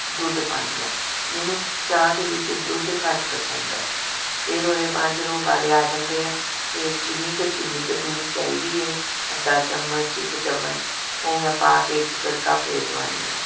ਦੁੱਧ ਪਾਉਂਦੀ ਹਾਂ ਮੈਨੂੰ ਚਾਹ ਦੇ ਵਿੱਚ ਦੁੱਧ ਘੱਟ ਪਸੰਦ ਹੈ ਫਿਰ ਉਹਦੇ ਬਾਅਦ ਜਦੋਂ ਉਬਾਲੇ ਆ ਜਾਂਦੇ ਹੈ ਫਿਰ ਜਿੰਨੀ ਕੁ ਚੀਨੀ ਕੁ ਮੈਨੂੰ ਚਾਹੀਦੀ ਹੈ ਅੱਧਾ ਚਮਚ ਇੱਕ ਚਮਚ ਉਹ ਮੈਂ ਪਾ ਕੇ ਇੱਕ ਗੜਕਾ ਫਿਰ ਦਿਵਾਉਂਦੀ ਹਾਂ